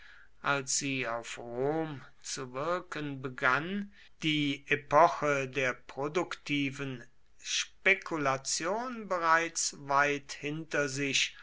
als sie auf rom zu wirken begann die epoche der produktiven spekulation bereits weit hinter sich